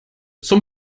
zum